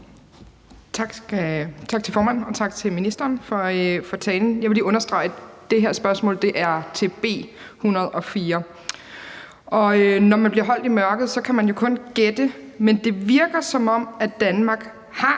Tak til formanden, og tak til ministeren for talen. Jeg vil lige understrege, at det her spørgsmål er om B 104. Når man bliver holdt i mørket, kan man jo kun gætte, men det virker, som om Danmark har